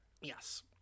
Yes